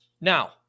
Now